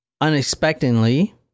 unexpectedly